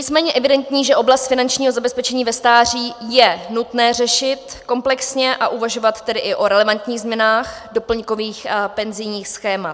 Je nicméně evidentní, že oblast finančního zabezpečení ve stáří je nutné řešit komplexně, a uvažovat tedy i o relevantních změnách doplňkových a penzijních schémat.